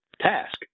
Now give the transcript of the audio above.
task